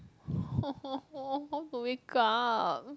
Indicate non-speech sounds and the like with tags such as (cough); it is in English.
(noise) how to wake up